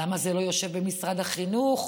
למה זה לא יושב במשרד החינוך?